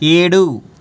ఏడు